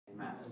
Amen